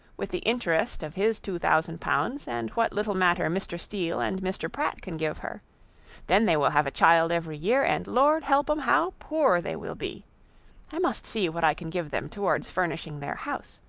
with the interest of his two thousand pounds, and what little matter mr. steele and mr. pratt can give her then they will have a child every year! and lord help em! how poor they will be i must see what i can give them towards furnishing their house.